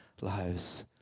lives